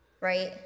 right